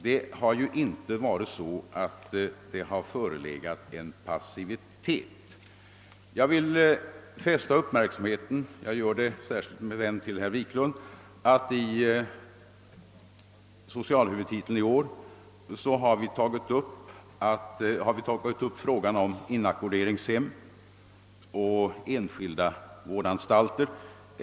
Det har inte rått passivitet på området. Jag vill också fästa uppmärksamheten på jag vänder mig då speciellt till herr Wiklund i Stockholm — att vi i årets socialhuvudtitel har tagit upp frågan om inackorderingshem och enskilda vårdanstalter.